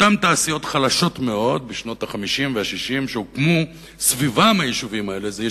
אותן תעשיות חלשות מאוד שבשנות ה-50 וה-60 היישובים האלה הוקמו סביבן,